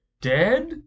dead